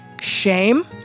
shame